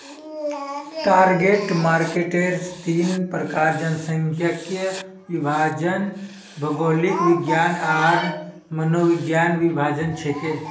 target मार्केटेर तीन प्रकार जनसांख्यिकीय विभाजन, भौगोलिक विभाजन आर मनोवैज्ञानिक विभाजन छेक